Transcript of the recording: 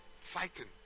fighting